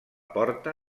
porta